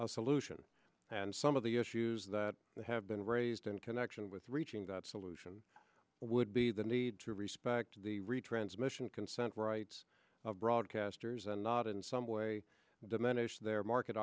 a solution and some of the issues that have been raised in connection with reaching that solution would be the need to respect the retransmission consent rights of broadcasters and not in some way diminish their market